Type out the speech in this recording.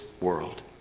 world